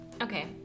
okay